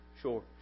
Sure